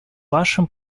вашим